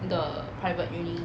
the private uni